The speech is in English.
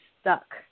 stuck